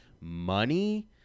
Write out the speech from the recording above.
money